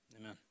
Amen